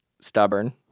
stubborn